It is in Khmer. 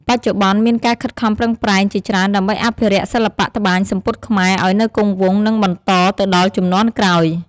បច្ចុប្បន្ន មានការខិតខំប្រឹងប្រែងជាច្រើនដើម្បីអភិរក្សសិល្បៈត្បាញសំពត់ខ្មែរឲ្យនៅគង់វង្ស និងបន្តទៅដល់ជំនាន់ក្រោយ។